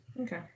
Okay